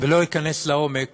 ולא אכנס לעומק